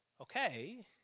okay